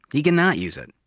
he can not use it.